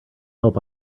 help